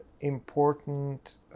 important